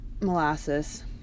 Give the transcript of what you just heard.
molasses